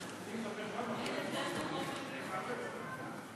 חבר הכנסת ניצן הורוביץ.